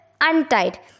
untied